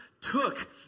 took